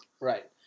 Right